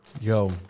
Yo